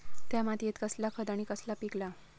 त्या मात्येत कसला खत आणि कसला पीक लाव?